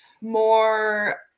more